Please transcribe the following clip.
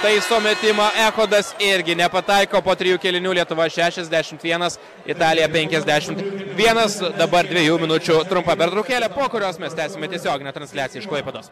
taiso metimą echodas irgi nepataiko po trijų kėlinių lietuva šešiasdešimt vienas italija penkiasdešimt vienas dabar dviejų minučių trumpa pertraukėlė po kurios mes tęsime tiesioginę transliaciją iš klaipėdos